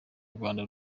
rwanda